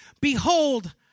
Behold